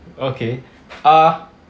okay uh